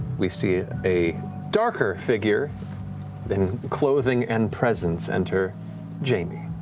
we see a darker figure in clothing and presence enter jamie.